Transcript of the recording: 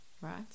right